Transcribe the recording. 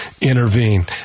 intervene